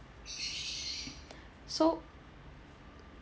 so